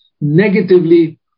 negatively